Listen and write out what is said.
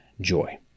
joy